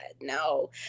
no